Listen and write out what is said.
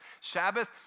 Sabbath